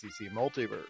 Multiverse